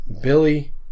Billy